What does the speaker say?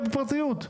בפרטיות?